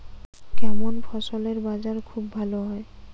কেমন ফসলের বাজার খুব ভালো হয়?